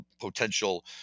potential